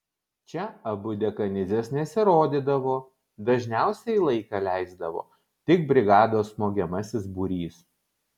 čia abu dekanidzės nesirodydavo dažniausiai laiką leisdavo tik brigados smogiamasis būrys